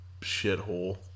shithole